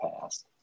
past